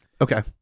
okay